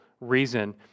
Reason